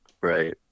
Right